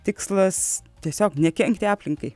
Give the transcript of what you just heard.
tikslas tiesiog nekenkti aplinkai